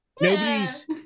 Nobody's